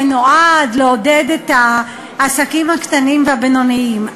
נועד לעודד את העסקים הקטנים והבינוניים,